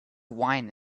wine